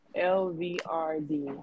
LVRD